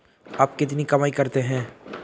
आप कितनी कमाई करते हैं?